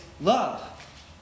love